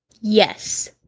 Yes